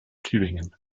tübingen